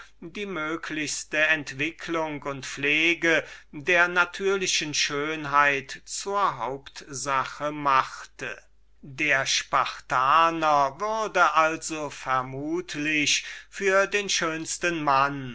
die möglichste entwicklung und kultur der natürlichen schönheit zur hauptsache machte der spartaner würde also vermutlich für den schönsten mann